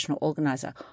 Organiser